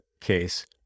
case